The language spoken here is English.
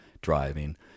driving